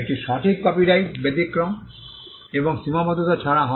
একটি সঠিক কপিরাইট ব্যতিক্রম এবং সীমাবদ্ধতা ছাড়া নয়